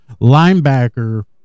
linebacker